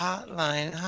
Hotline